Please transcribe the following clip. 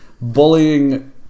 bullying